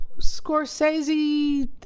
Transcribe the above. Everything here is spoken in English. Scorsese